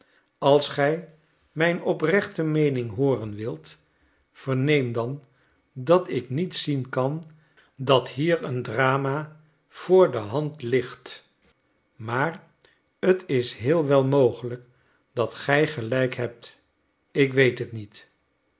als gij mijn oprechte meening hooren wilt verneem dan dat ik niet zien kan dat hier een drama voor de hand ligt maar t is heel wel mogelijk dat gij gelijk hebt ik weet het niet